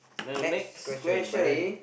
next question buddy